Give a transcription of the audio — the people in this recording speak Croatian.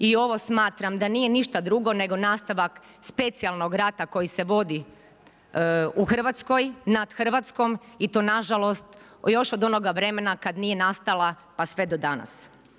I ovo smatram da nije ništa drugo nego nastavak, spacijalnog rata koji se vodi u Hrvatskoj nad Hrvatskom i to nažalost, još od onoga vremena kad nije nastala pa sve do danas.